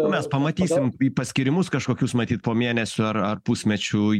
mes pamatysim paskyrimus kažkokius matyt po mėnesio ar ar pusmečių